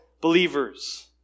believers